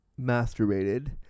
masturbated